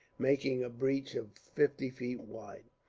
making a breach of fifty feet wide.